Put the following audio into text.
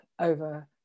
over